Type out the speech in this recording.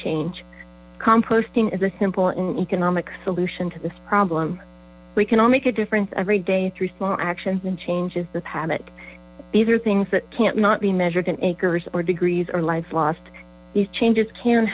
change composting is a simple and economic solution to this problem we can all make a difference every day through small actions and changes the planet these are things that can't not be measured in acres or degrees or lives lost these changes can